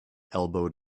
elbowed